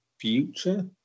future